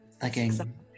Again